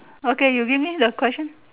okay you give me the question